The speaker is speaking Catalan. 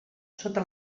sota